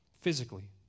physically